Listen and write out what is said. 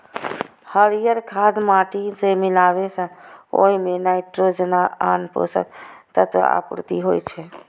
हरियर खाद माटि मे मिलाबै सं ओइ मे नाइट्रोजन आ आन पोषक तत्वक आपूर्ति होइ छै